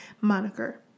moniker